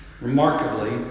Remarkably